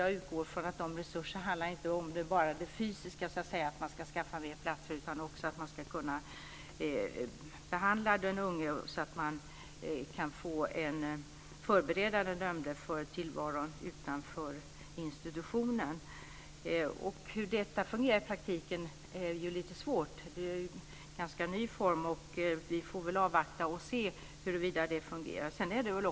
Jag utgår från att de resurserna inte bara handlar om det fysiska, dvs. att skaffa fler platser, utan också om att behandla den dömde så att den dömde blir förberedd för tillvaron utanför institutionen. Det är svårt med hur detta ska fungera i praktiken. Det är en ganska ny form. Vi får avvakta och se huruvida detta fungerar.